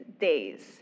days